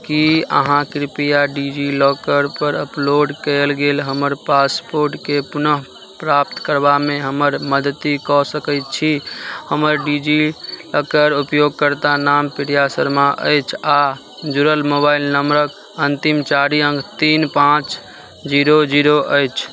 कि अहाँ कृपया डिजिलॉकरपर अपलोड कएल गेल हमर पासपोर्टकेँ पुनः प्राप्त करबामे हमर मदति कऽ सकै छी हमर डिजिलॉकर उपयोगकर्ता नाम प्रिया शर्मा अछि आओर जुड़ल मोबाइल नम्बरके अन्तिम चारि अङ्क तीन पाँच जीरो जीरो अछि